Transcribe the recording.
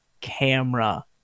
camera